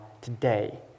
today